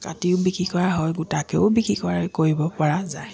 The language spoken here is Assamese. কাটিও বিক্ৰী কৰা হয় গোটাকৈও বিক্ৰী কৰা কৰিব পৰা যায়